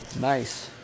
Nice